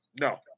no